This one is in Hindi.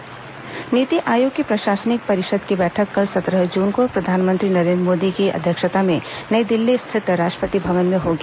मुख्यमंत्री नीति आयोग बैठक नीति आयोग की प्रशासनिक परिषद की बैठक कल सत्रह जून को प्रधानमंत्री नरेन्द्र मोदी की अध्यक्षता में नई दिल्ली स्थित राष्ट्रपति भवन में होगी